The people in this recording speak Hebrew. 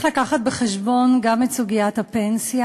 וצריך לקחת בחשבון גם את סוגיית הפנסיה.